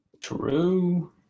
True